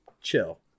chill